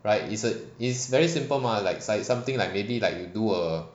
right is a is very simple mah like sa~ something like maybe like you do a